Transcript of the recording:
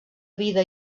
vida